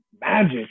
magic